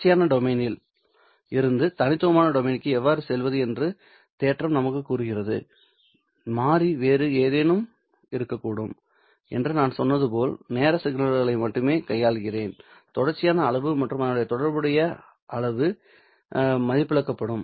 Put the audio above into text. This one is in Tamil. தொடர்ச்சியான டொமைனில் இருந்து தனித்துவமான டொமைனுக்கு எவ்வாறு செல்வது என்று தேற்றம் நமக்குக் கூறுகிறது மாறி வேறு ஏதேனும் இருக்கக்கூடும் என்று நான் சொன்னது போல் நேர சிக்னல்களை மட்டுமே கையாள்கிறேன் தொடர்ச்சியான அளவு மற்றும் அதனுடன் தொடர்புடைய அளவு மதிப்பிழக்கப்படும்